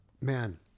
man